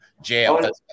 Jail